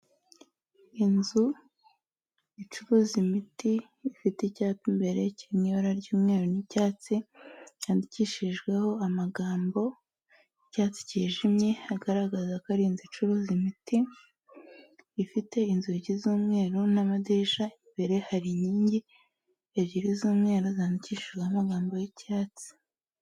Inzu icuruza imiti ifite icyapa imbere kiri mu ibara ry'umweru n'icyatsi, cyandikishijweho amagambo y'icyatsi cyijimye agaragaza ko ari inzu icuruza imiti, ifite inzugi z'umweru n'amadirishya, imbere hari inkingi ebyiri z'umweru zandikishijweho amagambo y'icyatsi.